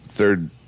third